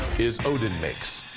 is odin makes.